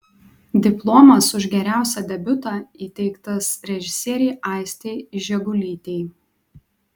diplomas už geriausią debiutą įteiktas režisierei aistei žegulytei